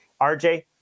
RJ